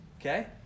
okay